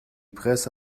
presse